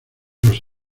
los